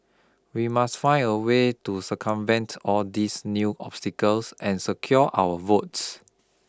we must find a way to circumvent all these new obstacles and secure our votes